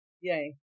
Yay